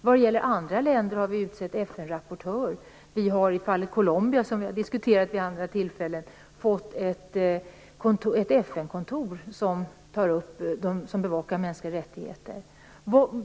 Vad gäller andra länder har vi utsett FN-rapportörer. I Colombia, som vi har diskuterat vid andra tillfällen, finns nu ett FN-kontor som bevakar mänskliga rättigheter.